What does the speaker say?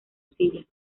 silla